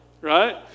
right